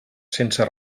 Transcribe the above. sense